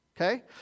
okay